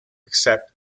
except